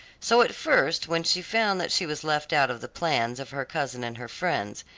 so at first when she found that she was left out of the plans of her cousin and her friends,